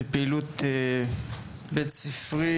בפעילות בית ספרית.